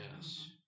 Yes